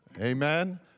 Amen